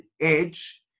edge